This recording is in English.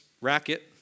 racket